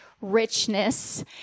richness